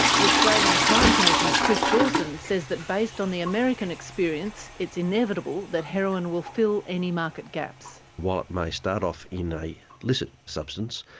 the australian crime commission's chris dawson says that based on the american experience, it's inevitable that heroin will fill any market gaps. while it may start off in a licit substance,